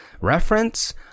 reference